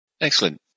Excellent